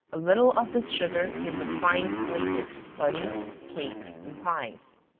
a little of this sugar gives a fine flavor to puddings, cakes, and pies.